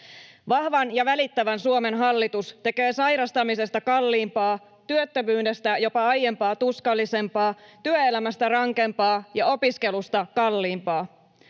Vahvan ja välittävän Suomen hallitus tekee sairastamisesta kalliimpaa, työttömyydestä jopa aiempaa tuskallisempaa, työelämästä rankempaa ja opiskelusta kalliimpaa.